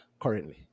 currently